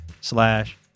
slash